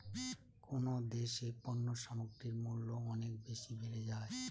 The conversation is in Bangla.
কোন দেশে পণ্য সামগ্রীর মূল্য অনেক বেশি বেড়ে যায়?